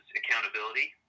accountability